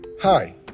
Hi